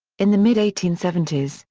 in the mid eighteen seventy s,